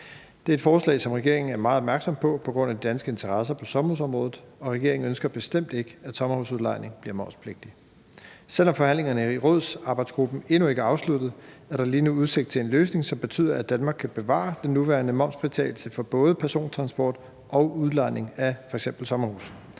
Det er et forslag, som regeringen er meget opmærksom på på grund af de danske interesser på sommerhusområdet, og regeringen ønsker bestemt ikke, at sommerhusudlejning bliver momspligtig. Selv om forhandlingerne i rådsarbejdsgruppen endnu ikke er afsluttet, er der lige nu udsigt til en løsning, som betyder, at Danmark kan bevare den nuværende momsfritagelse for både persontransport og udlejning af f.eks. sommerhuse.